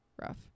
rough